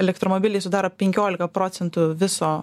elektromobiliai sudaro penkiolika procentų viso